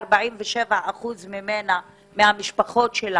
ש-47% מהמשפחות שלה,